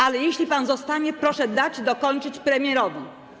Ale jeśli pan zostanie, proszę dać dokończyć premierowi.